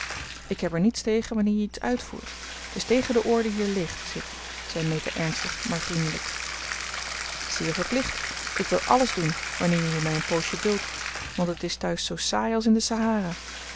ik heb er niets tegen wanneer je iets uitvoert t is tegen de orde hier leeg te zitten zei meta ernstig maar vriendelijk zeer verplicht ik wil alles doen wanneer jullie mij een poosje duldt want het is thuis zoo saai als in de sahara